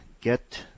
get